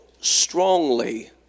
strongly